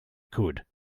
could